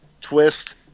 twist